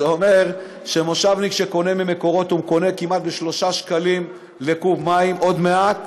זה אומר שמושבניק שקונה מ"מקורות" קונה כמעט ב-3 שקלים קוב מים עוד מעט,